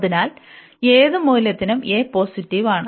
അതിനാൽ ഏത് മൂല്യത്തിനും a പോസിറ്റീവാണ്